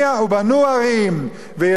וישבו ונטעו כרמים,